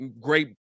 great